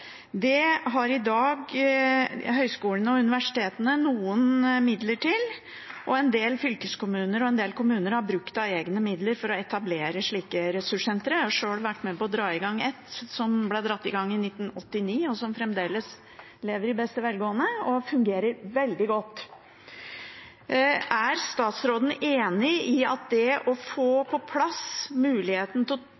Det har i dag høyskolene og universitetene noen midler til, og en del fylkeskommuner og kommuner har brukt av egne midler for å etablere slike ressurssentre. Jeg har sjøl vært med på å dra i gang ett, i 1989, som fremdeles lever i beste velgående og fungerer veldig godt. Er statsråden enig i at det å få